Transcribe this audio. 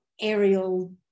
aerial